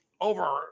over